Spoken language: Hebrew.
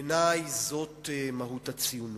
בעיני זאת מהות הציונות,